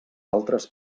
altres